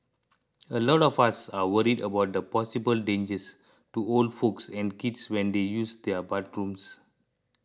a lot of us are worried about the possible dangers to old folks and kids when they use the bathrooms